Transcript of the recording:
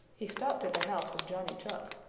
he stopped at the house of johnny chuck.